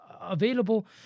available